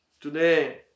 Today